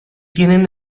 tienen